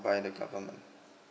by the government